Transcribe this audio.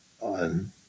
on